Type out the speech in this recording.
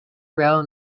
rail